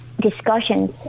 discussions